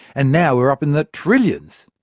and now we're up in the trillions.